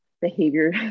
behavior